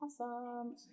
Awesome